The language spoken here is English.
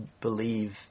believe